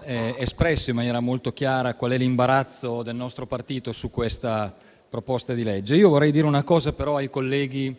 espresso in maniera molto chiara qual è l'imbarazzo del nostro partito su questa proposta di legge. Io vorrei dire una cosa però ai colleghi